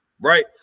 right